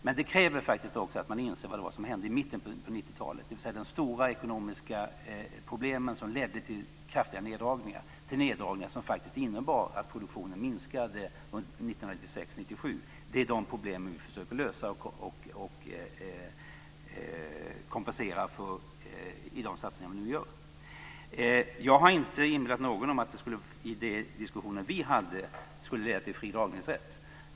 Men det krävs faktiskt också att man inser vad det var som hände i mitten av 90-talet. De stora ekonomiska problemen ledde då till kraftiga neddragningar som faktiskt innebar att produktionen minskade 1996-1997. Det är de problemen vi försöker lösa och kompensera för i de satsningar vi nu gör. Jag har inte inbillat någon att det vi diskuterade skulle leda till fri dragningsrätt.